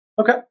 Okay